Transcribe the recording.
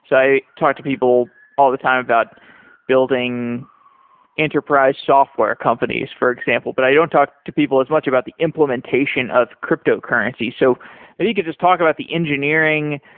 so i talk to people all the time about building enterprise software companies for example, but i don't talk to people as much about the implementation of cryptocurrency. so if you could just talk about the engineering,